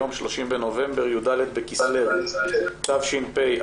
היום ה-30 בנובמבר י"ד בכסלו תשפ"א.